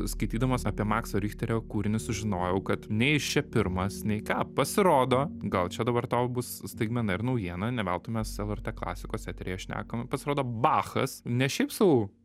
skaitydamas apie makso richterio kūrinius sužinojau kad nei jis čia pirmas nei ką pasirodo gal čia dabar tau bus staigmena ir naujiena ne veltui mes lrt klasikos eteryje šnekam pasirodo bachas ne šiaip sau